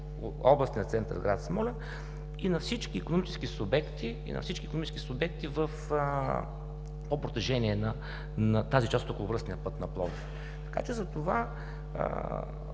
областният център на град Смолян и на всички икономически субекти по протежение на тази част от околовръстния път на Пловдив. За трети